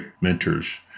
mentors